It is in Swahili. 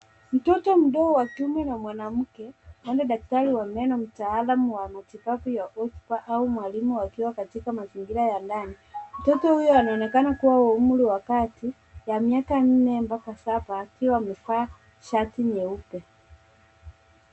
Mtoto mdogo wa kiume na mwanamke, huenda daktari wa meno mtaalam wa matibabu au mwalimu katika mazingira ya ndani. Mtoto huyo anaonekana kuwa wa umri wa kati ya miaka nne Mpaka saba akiwa amevaa shati nyeupe.